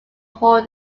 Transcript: whole